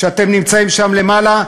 שאתם נמצאים שם למעלה,